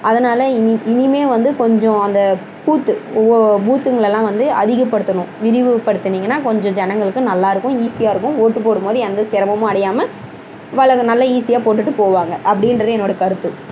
அதனால் இனி இனிமேல் வந்து கொஞ்சம் அந்த பூத்து பூத்துங்களெல்லாம் வந்து அதிகப்படுத்தணும் விரிவு படுத்துனிங்கன்னா கொஞ்சம் ஜனங்களுக்கும் நல்லாயிருக்கும் ஈஸியாயிருக்கும் ஓட்டு போடும்போது எந்த சிரமமும் அடையாமல் வழங்க நல்ல ஈஸியாக போட்டுவிட்டு போவாங்க அப்படின்றது என்னோடய கருத்து